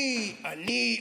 אני, אני,